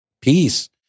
Peace